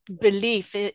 belief